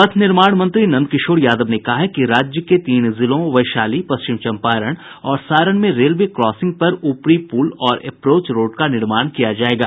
पथ निर्माण मंत्री नंद किशोर यादव ने कहा है कि राज्य के तीन जिलों वैशाली पश्चिम चंपारण और सारण में रेलवे क्रासिंग पर ऊपरी पुल और एप्रोच रोड का निर्माण कराया जायेगा